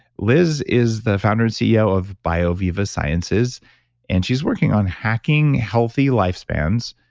liz is the founder and ceo of bioviva sciences and she's working on hacking healthy lifespans.